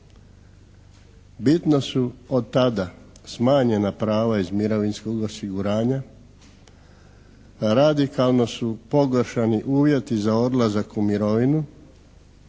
Bitno su od tada smanjena prava iz mirovinskog osiguranja, radikalno su pogoršani uvjeti za odlazak u mirovinu,